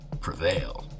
prevail